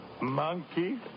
Monkey